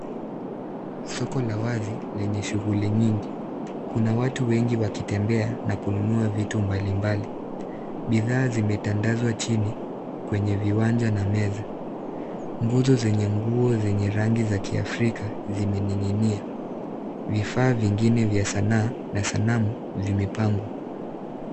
Soko la wazi lenye shughuli nyingi. Kuna watu wengi wakitembea na kununua vitu mbali mbali. Bidhaa zimetandazwa chini kwenye viwanja na meza. Nguo zenye nguo zenye rangi za kiafrika zimeninginia. Vifaa vingine vya sanaa na sanamu zimepangwa.